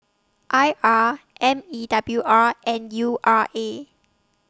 I R M E W R and U R A